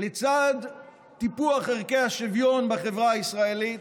לצד טיפוח ערכי השוויון בחברה הישראלית,